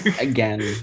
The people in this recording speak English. again